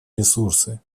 ресурсы